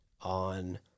on